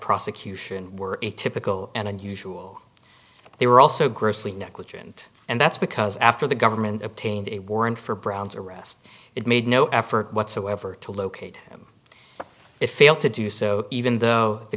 prosecution were atypical and unusual they were also grossly negligent and that's because after the government obtained a warrant for brown's arrest it made no effort whatsoever to locate him it failed to do so even though the